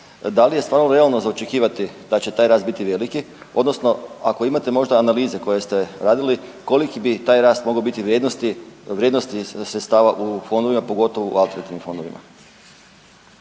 da li je stvarno realno za očekivati da će taj rast biti veliki odnosno ako imate možda analize koje ste radili koliki bi taj rast mogao biti vrijednosti sredstava u fondovima, pogotovo u alternativnim fondovima?